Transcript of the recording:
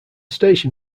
station